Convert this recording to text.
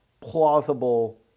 plausible